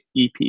EP